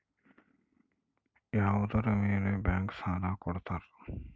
ಯಾವುದರ ಮೇಲೆ ಬ್ಯಾಂಕ್ ಸಾಲ ಕೊಡ್ತಾರ?